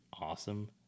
Awesome